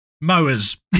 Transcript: Mowers